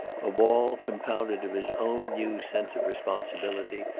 a wall, compounded of his own new sense of responsibility,